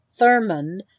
Thurmond